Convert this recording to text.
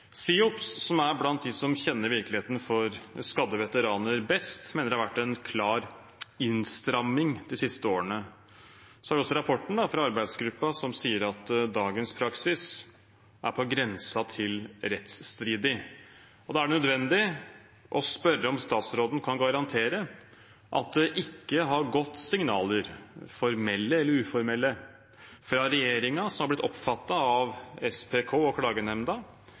SIOPS, som er blant dem som kjenner virkeligheten for skadde veteraner best, mener det har vært en klar innstramming de siste årene. Så har vi også rapporten fra arbeidsgruppen, som sier at dagens praksis er på grensen til rettsstridig. Det er nødvendig å spørre om statsråden kan garantere at det ikke har gått signaler – formelle eller uformelle – fra regjeringen som har blitt oppfattet av SPK og klagenemnda